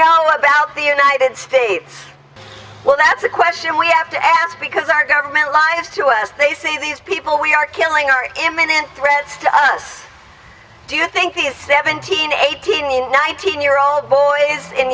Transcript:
know about the united states well that's a question we have to ask because our government lied to us they say these people we are killing are an imminent threat to us do you think these seventeen eighteen nineteen year old boys in